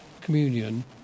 communion